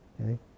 Okay